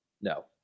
No